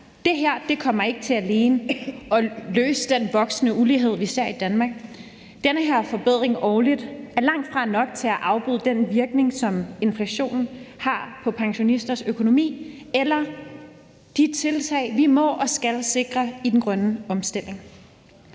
Det her kommer ikke til alene at løse den voksende ulighed, vi ser i Danmark. Den her forbedring årligt er langtfra nok til at afbøde den virkning, som inflationen har på pensionisters økonomi, eller sikre de tiltag, vi må og skal sikre i den grønne omstilling.